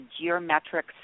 geometric